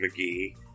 McGee